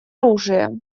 оружия